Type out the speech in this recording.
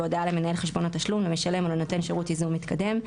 בהודעה למנהל חשבון תשלום למשלם או לנותן שירות ייזום מתקדם.